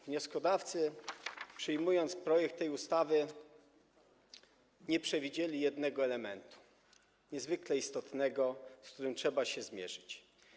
Wnioskodawcy, przyjmując projekt tej ustawy, nie przewidzieli jednego niezwykle istotnego elementu, z którym trzeba się zmierzyć.